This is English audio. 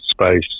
space